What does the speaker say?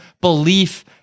belief